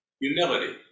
Humility